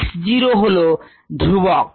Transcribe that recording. S0 হলো ধ্রুবক